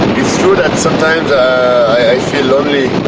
it's true that sometimes i feel lonely